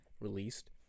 released